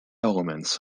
elements